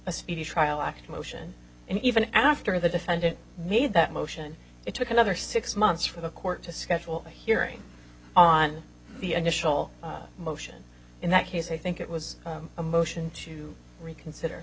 a speedy trial act motion and even after the defendant made that motion it took another six months for the court to schedule a hearing on the initial motion in that case i think it was a motion to reconsider